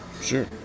Sure